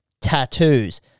Tattoos